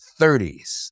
30s